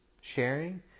sharing